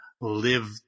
live